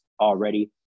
already